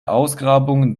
ausgrabungen